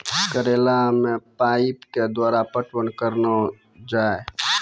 करेला मे पाइप के द्वारा पटवन करना जाए?